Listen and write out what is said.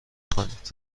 کنید